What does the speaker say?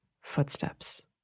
Footsteps